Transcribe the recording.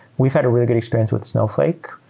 we've had a really good experience with snowflake.